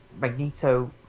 Magneto